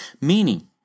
meaning